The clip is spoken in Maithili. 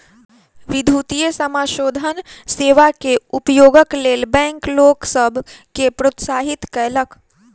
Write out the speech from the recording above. विद्युतीय समाशोधन सेवा के उपयोगक लेल बैंक लोक सभ के प्रोत्साहित कयलक